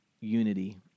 unity